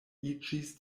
iĝis